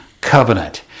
covenant